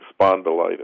spondylitis